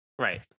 right